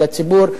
ולציבור,